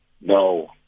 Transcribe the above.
No